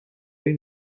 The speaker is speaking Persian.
این